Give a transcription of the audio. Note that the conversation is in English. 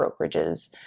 brokerages